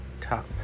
Top